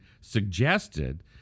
suggested